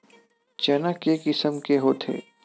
चना के किसम के होथे?